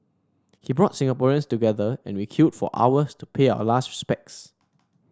he brought Singaporeans together and we queued for hours to pay our last respects